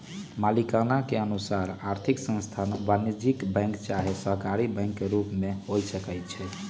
मलिकाना के अनुसार आर्थिक संस्थान वाणिज्यिक बैंक चाहे सहकारी बैंक के रूप में हो सकइ छै